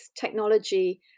technology